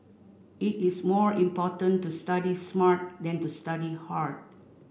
it is more important to study smart than to study hard